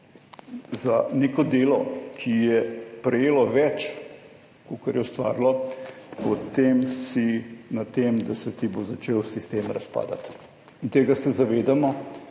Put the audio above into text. za neko delo, ki je prejelo več kakor je ustvarilo, potem si na tem, da se ti bo začel sistem razpadati in tega se zavedamo